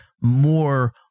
more